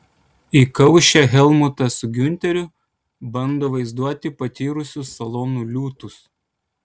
įkaušę helmutas su giunteriu bando vaizduoti patyrusius salonų liūtus